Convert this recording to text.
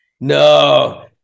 No